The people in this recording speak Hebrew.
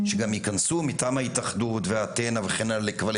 שגם ייכנסו מטעם ההתאחדות ואתנה וכן הלאה